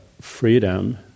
freedom